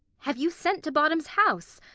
have you sent to bottom's house?